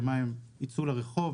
הם יצאו לרחוב?